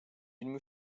yirmi